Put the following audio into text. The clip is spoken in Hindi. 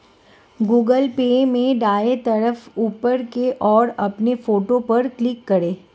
गूगल पे में दाएं तरफ ऊपर की ओर अपनी फोटो पर क्लिक करें